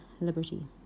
liberty